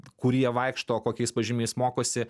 kur jie vaikšto kokiais pažymiais mokosi